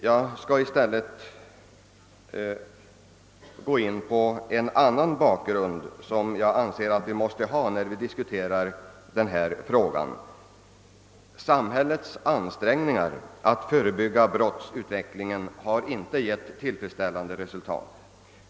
Jag skall i stället beröra en annan bakgrund, som jag anser att vi måste ha när vi diskuterar denna fråga. Samhällets ansträngningar att förebygga brottsutvecklingen har inte gett tillfredsställande resultat.